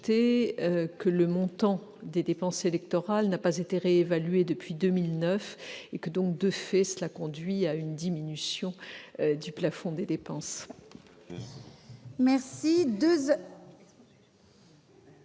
que le montant des dépenses électorales n'a pas été réévalué depuis 2009, ce qui conduit, de fait, à une diminution du plafond des dépenses.